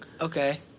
Okay